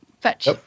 Fetch